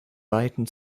weiten